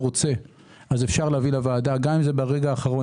רוצה אז אפשר להביא לוועדה גם אם זה ברגע האחרון.